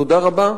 תודה רבה,